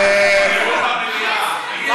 מה אתה רוצה ממנה?